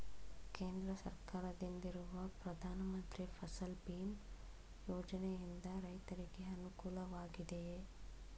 ಕೇಂದ್ರ ಸರ್ಕಾರದಿಂದಿರುವ ಪ್ರಧಾನ ಮಂತ್ರಿ ಫಸಲ್ ಭೀಮ್ ಯೋಜನೆಯಿಂದ ರೈತರಿಗೆ ಅನುಕೂಲವಾಗಿದೆಯೇ?